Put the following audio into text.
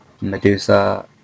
Medusa